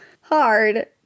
hard